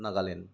Nagaland